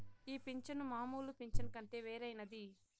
ఈ పింఛను మామూలు పింఛను కంటే వేరైనది